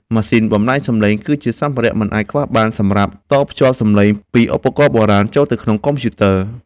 ម៉ាស៊ីនបំប្លែងសំឡេង គឺជាសម្ភារៈមិនអាចខ្វះបានសម្រាប់តភ្ជាប់សំឡេងពីឧបករណ៍បុរាណចូលទៅក្នុងកុំព្យូទ័រ។